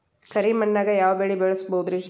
ಕರಿ ಮಣ್ಣಾಗ್ ಯಾವ್ ಬೆಳಿ ಬೆಳ್ಸಬೋದು?